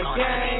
game